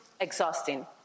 exhausting